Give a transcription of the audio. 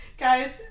guys